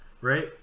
right